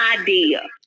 idea